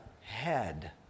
head